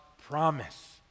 promise